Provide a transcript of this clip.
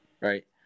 right